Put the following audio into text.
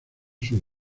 sur